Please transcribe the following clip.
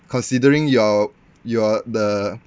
considering you're you're the